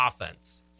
offense